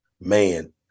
Man